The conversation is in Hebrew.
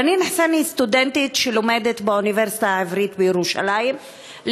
רנין אחסן היא סטודנטית שלומדת באוניברסיטה העברית בירושלים,